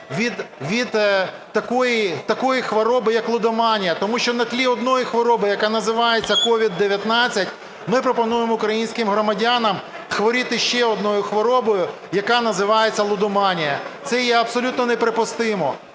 від такої хвороби, як лудоманія. Тому що на тлі однієї хвороби, яка називається "COVID 19", ми пропонуємо українським громадянам хворіти ще одною хворобою, яка називається "лудоманія", це є абсолютно неприпустимо.